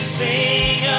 sing